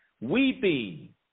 weeping